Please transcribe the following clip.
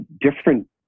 different